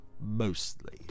Mostly